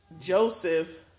Joseph